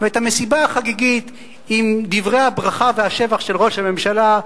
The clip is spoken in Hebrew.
והמסיבה החגיגית עם דברי הברכה והשבח של ראש הממשלה,